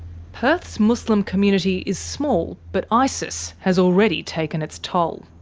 perth's muslim community is small, but isis has already taken its toll.